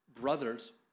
brothers